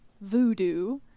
Voodoo